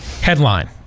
Headline